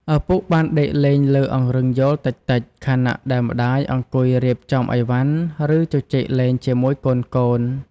ឪពុកបានដេកលេងលើអង្រឹងយោលតិចៗ ខណៈដែលម្តាយអង្គុយរៀបចំអីវ៉ាន់ ឬជជែកលេងជាមួយកូនៗ។